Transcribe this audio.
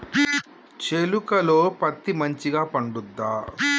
చేలుక లో పత్తి మంచిగా పండుద్దా?